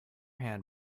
hand